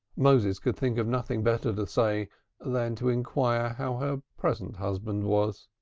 moses could think of nothing better to say than to inquire how her present husband was.